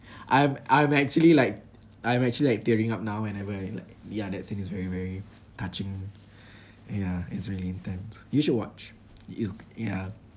I'm I'm actually like I'm actually like tearing up now whenever I like ya that scene is very very touching ya it's really intense you should watch it's ya